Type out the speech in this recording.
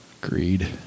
Greed